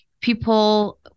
people